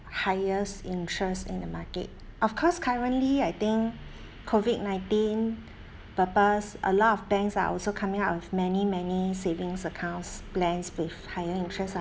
highest interest in the market of course currently I think COVID nineteen purpose a lot of banks are also coming out with many many savings accounts plans with higher interest ah